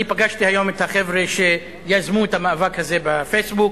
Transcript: אני פגשתי היום את החבר'ה שיזמו את המאבק הזה ב"פייסבוק".